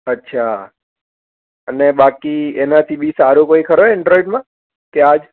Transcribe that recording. અચ્છા અને બાકી એનાથી બી સારો કોઈ ખરો એન્ડ્રોઇડમાં કે આ જ